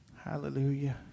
Hallelujah